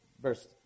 verse